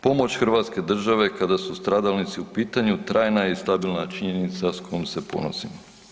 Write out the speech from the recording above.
Pomoć hrvatske države kada su stradalnici u pitanju trajna je i stabilna činjenica s kojom se ponosimo.